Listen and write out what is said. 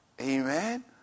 Amen